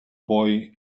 boy